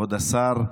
כבוד השר,